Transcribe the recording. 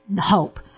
hope